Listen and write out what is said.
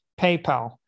PayPal